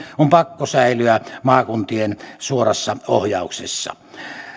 on pakko säilyä maakuntien suorassa ohjauksessa